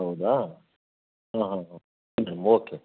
ಹೌದಾ ಹಾಂ ಹಾಂ ಹಾಂ ಅಂದರೆ ಓಕೆ